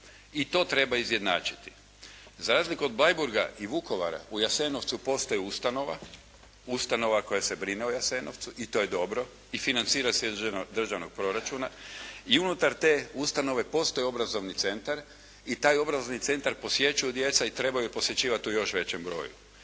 i to treba izjednačiti. Za razliku od Bleiburga i Vukovara, u Jasenovcu postoji ustanova, ustanova koja se brine o Jasenovcu i to je dobro i financira se iz državnog proračuna. I unutar te ustanove postoji obrazovni centar i taj obrazovni centar posjećuju djeca i trebaju posjećivati u još većem broju.